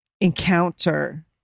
encounter